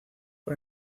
por